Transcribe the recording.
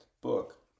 book